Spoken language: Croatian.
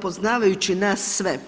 Poznavajući nas sve